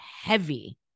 heavy